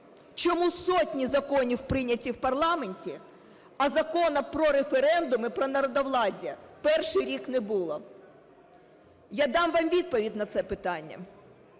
Чому сотні законів прийняті в парламенті, а Закону про референдуми, про народовладдя перший рік не було? Я дам вам відповідь на це питання.